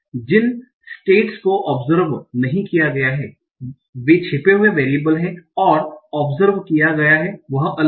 जिन states को observe नहीं किया गया है वे छिपे हुए वेरिएबल हैं और जो ओबजर्व किया जाता है वह अलग है